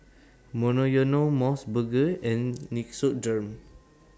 Monoyono Mos Burger and Nixoderm